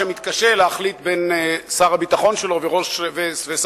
שמתקשה להחליט בין שר הביטחון שלו ושר